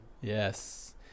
Yes